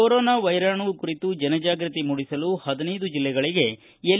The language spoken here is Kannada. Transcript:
ಕೊರೋನಾ ವೈರಾಣು ಕುರಿತು ಜನಜಾಗ್ಟತಿ ಮೂಡಿಸಲು ಹದಿನೈದು ಜಿಲ್ಲೆಗಳಗೆ ಎಲ್